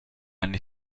anni